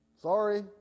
sorry